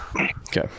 okay